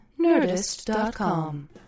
Nerdist.com